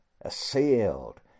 Assailed